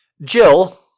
Jill